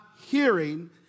hearing